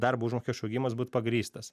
darbo užmokesčio augimas būt pagrįstas